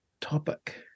topic